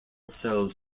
cells